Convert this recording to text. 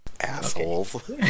Assholes